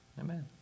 Amen